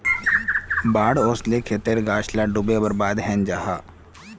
बाढ़ ओस्ले खेतेर गाछ ला डूबे बर्बाद हैनं जाहा